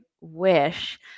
wish